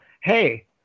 hey